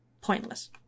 pointless